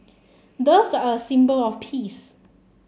doves are a symbol of peace